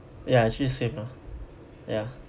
ya actually same lah ya